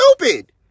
stupid